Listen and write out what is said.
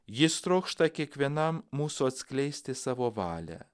jis trokšta kiekvienam mūsų atskleisti savo valią